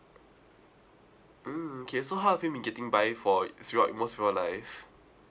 mm okay so how have you been getting by for throughout most of your life